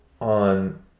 on